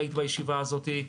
היית בישיבה הזאת,